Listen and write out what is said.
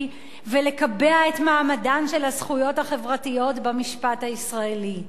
ולקבע את מעמדן של הזכויות החברתיות במשפט הישראלי.